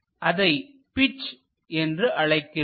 அதை பீட்ச் என்று அழைக்கிறோம்